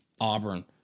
Auburn